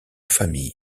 famille